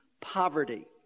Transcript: poverty